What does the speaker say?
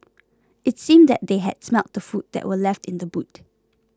it seemed that they had smelt the food that were left in the boot